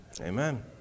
Amen